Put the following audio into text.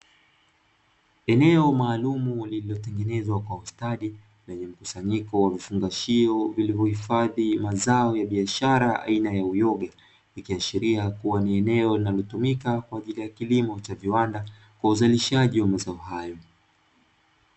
Eneo maalumu lilotengenezwa kwa ustadi, lenywe mkusanyiko wa vifungashio vilivyohifadhi mazao ya biashara aina ya uyoga; ikiashiria kuwa ni eneo linalotumika kwa ajili ya kilimo cha viwanda kwa uzalishaji ya mazao hayo.